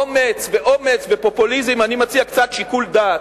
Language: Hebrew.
אומץ ואומץ ופופוליזם, אני מציע קצת שיקול דעת.